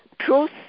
Truth